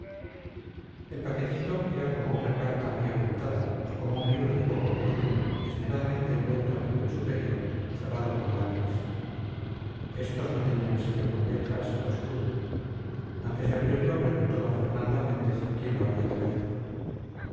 el paquetito era como una carta muy abultada o como un libro de poco volumen esmeradamente envuelto en papel superior cerrado con lacres estos no tenían sello con letras o escudo antes de abrirlo preguntó d fernando a méndez quién lo había traído